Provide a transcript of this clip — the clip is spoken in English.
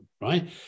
right